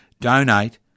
donate